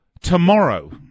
tomorrow